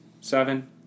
seven